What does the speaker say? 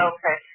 Okay